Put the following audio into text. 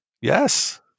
Yes